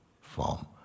form